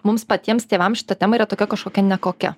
mums patiems tėvams šita tema yra tokia kažkokia nekokia